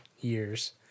years